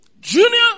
Junior